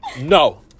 No